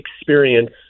experience